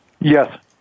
yes